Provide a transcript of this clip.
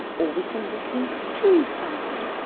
or we can listen to something.